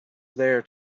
there